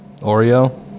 Oreo